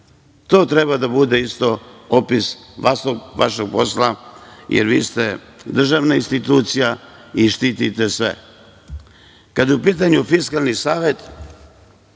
To treba da bude isto opis vašeg posla, jer vi ste državna institucija i štitite se. Kada je u pitanju Fiskalni savet,